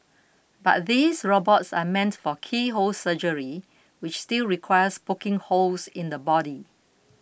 but these robots are meant for keyhole surgery which still requires poking holes in the body